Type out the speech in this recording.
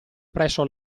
presso